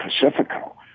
Pacifico